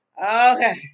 Okay